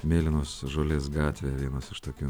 mėlynos žolės gatvėje vienas iš tokių